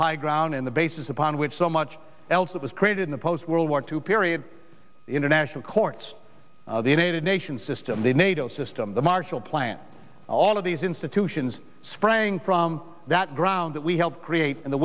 high ground in the basis upon which so much else that was created in the post world war two period international courts the united nations system the nato system the marshall plan all of these institutions sprang from that ground that we helped create in the